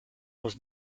was